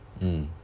mm